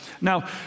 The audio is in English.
Now